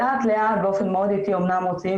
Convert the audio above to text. לאט לאט באופן מאוד איטי אמנם מוציאים